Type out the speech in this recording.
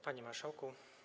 Panie Marszałku!